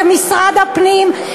כמשרד הפנים,